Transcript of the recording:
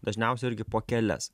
dažniausiai irgi po kelias